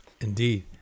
Indeed